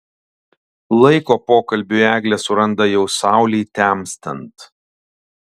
laiko pokalbiui eglė suranda jau saulei temstant